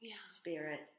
spirit